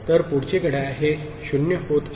तर पुढचे घड्याळ हे 0 होत आहे